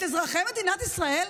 את אזרחי מדינת ישראל,